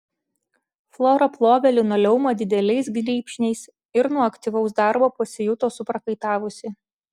flora plovė linoleumą dideliais grybšniais ir nuo aktyvaus darbo pasijuto suprakaitavusi